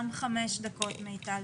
ב-זום.